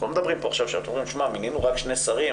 אנחנו לא מדברים מינינו רק שני שרים,